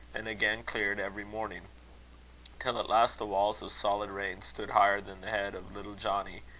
and again cleared every morning till at last the walls of solid rain stood higher than the head of little johnnie,